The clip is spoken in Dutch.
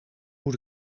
moet